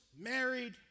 married